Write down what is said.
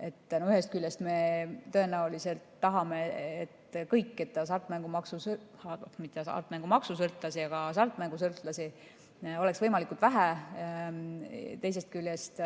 Ühest küljest me tõenäoliselt tahame kõik, et hasartmängusõltlasi oleks võimalikult vähe, teisest küljest